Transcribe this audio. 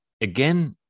again